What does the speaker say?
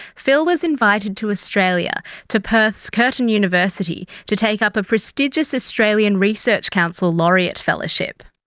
phil was invited to australia to perth's curtin university to take up a prestigious australian research council laureate fellowship.